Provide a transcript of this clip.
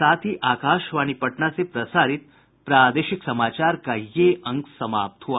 इसके साथ ही आकाशवाणी पटना से प्रसारित प्रादेशिक समाचार का ये अंक समाप्त हुआ